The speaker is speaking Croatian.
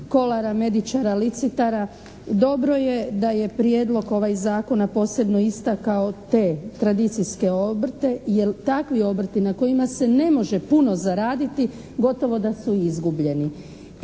kolara, medičara, licitara. Dobro je da je prijedlog ovaj zakona posebno istakao te tradicijske obrte jer takovi obrti na kojima se ne može puno zaraditi gotovo da su izgubljeni.